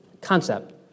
concept